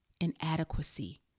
inadequacy